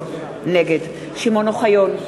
נגד שמעון אוחיון,